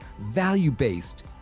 value-based